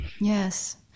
yes